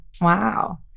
Wow